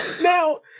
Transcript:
now